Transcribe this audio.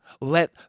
let